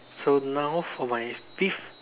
so now for my fifth